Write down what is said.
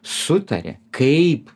sutarė kaip